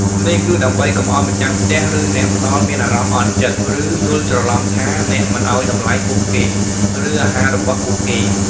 នេះគឺដើម្បីកុំឲ្យម្ចាស់ផ្ទះ ឬអ្នកផ្ដល់មានអារម្មណ៍អន់ចិត្ត ឬយល់ច្រឡំថាអ្នកមិនឲ្យតម្លៃពួកគេ ឬអាហាររបស់ពួកគេ។